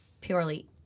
purely –